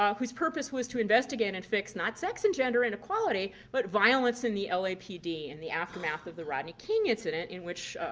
um whose purpose was to investigate and fix, not sex and gender inequality, but violence in the lapd in the aftermath of the rodney king incident in which,